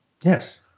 Yes